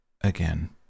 again